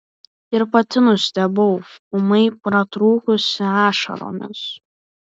ir pati nustebau ūmai pratrūkusi ašaromis